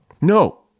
No